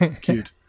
Cute